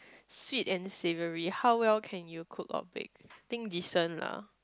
sweet and savoury how well can you cook or bake I think decent lah